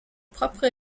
propre